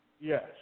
Yes